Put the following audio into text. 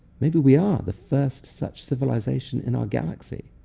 maybe we are the first such civilization in our galaxy.